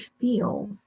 feel